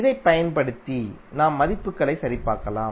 இதைப் பயன்படுத்தி நாம் மதிப்புகளை சரிபார்க்கலாம்